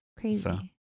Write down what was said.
Crazy